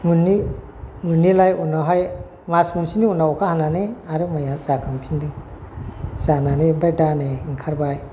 मोनिलाय उनावहाय मास मोनसेनि उनाव अखा हानानै आरो माइआ जाखांफिन्दों जानानै ओमफ्राय दा नै ओंखारबाय